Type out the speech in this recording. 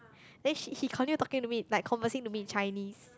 then she he continued talking to me like conversing to me in Chinese